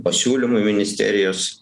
pasiūlymui ministerijos